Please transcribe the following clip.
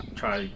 try